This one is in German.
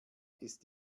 ist